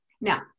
Now